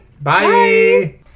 Bye